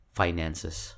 finances